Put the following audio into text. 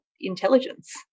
intelligence